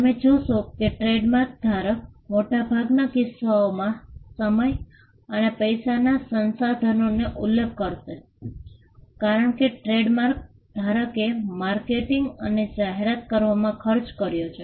તમે જોશો કે ટ્રેડમાર્ક ધારક મોટાભાગના કિસ્સાઓમાં સમય અને પૈસાના સંસાધનોનો ઉલ્લેખ કરશે કારણ કે ટ્રેડમાર્ક ધારકે માર્કેટિંગ અને જાહેરાત કરવામાં ખર્ચ કર્યો છે